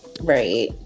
Right